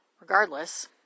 Regardless